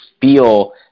feel